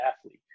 athlete